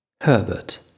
Herbert